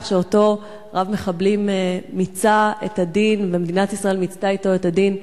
שאותו רב-מחבלים מיצה את הדין ומדינת ישראל מיצתה אתו את הדין,